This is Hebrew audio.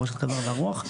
מורשת המחר והרוח,